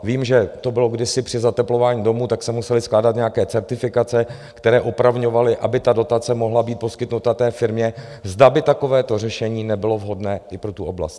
Vím, že to bylo kdysi při zateplování domů, tak se musely skládat nějaké certifikace, které opravňovaly, aby ta dotace mohla být poskytnuta té firmě zda by takovéto řešení nebylo vhodné i pro tu oblast.